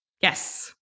Yes